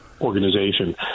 organization